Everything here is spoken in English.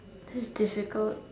this is difficult